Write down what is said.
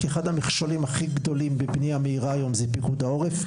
כי אחד המכשולים הכי גדולים בבנייה מהירה היום זה פיקוד העורף,